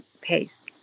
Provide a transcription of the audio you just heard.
pace